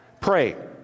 Pray